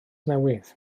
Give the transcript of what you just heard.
newydd